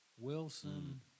Wilson